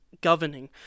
governing